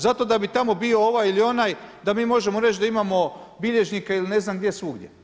Zato da bi tamo bio ovaj ili onaj, da mi možemo reći da imamo bilježnika ili ne znam gdje, svugdje.